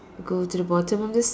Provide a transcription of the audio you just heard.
go to the bottom of the